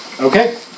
Okay